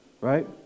right